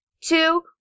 two